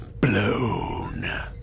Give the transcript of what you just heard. blown